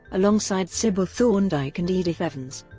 alongside sybil thorndike and edith evans.